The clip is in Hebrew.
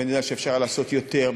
ואני יודע שאפשר לעשות יותר,